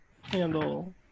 handle